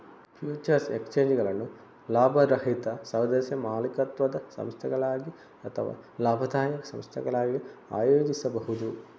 futures ಎಕ್ಸ್ಚೇಂಜುಗಳನ್ನು ಲಾಭರಹಿತ ಸದಸ್ಯ ಮಾಲೀಕತ್ವದ ಸಂಸ್ಥೆಗಳಾಗಿ ಅಥವಾ ಲಾಭದಾಯಕ ಸಂಸ್ಥೆಗಳಾಗಿ ಆಯೋಜಿಸಬಹುದು